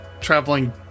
traveling